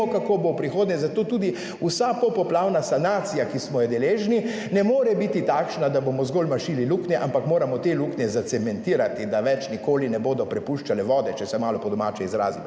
kako bo v prihodnje. Zato tudi vsa popoplavna sanacija, ki smo jo deležni ne more biti takšna, da bomo zgolj mašili luknje, ampak moramo te luknje zacementirati, da več nikoli ne bodo prepuščale vode, če se malo po domače izrazim.